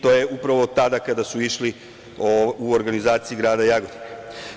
To je upravo tada kada su išli u organizaciji grada Jagodine.